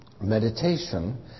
Meditation